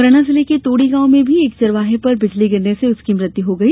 मुरैना जिले के तोड़ी गांव में भी एक चरवाहे पर बिजली गिरने से उसकी मृत्यु हो गई